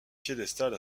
piédestal